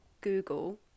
Google